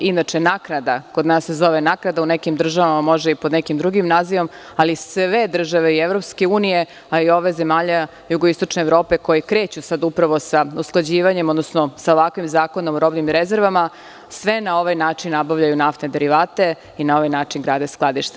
Inače, naknada, kod nas se zove naknada, u nekim državama može i pod nekim drugim nazivom, ali sve države i EU, ali i ove zemalja jugoistočne Evrope, koje kreću upravo sa usklađivanjem, odnosno sa ovakvim Zakonom o robnim rezervama, sve na ovaj način nabavljaju naftne derivate i na ovaj način grade skladište.